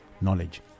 knowledge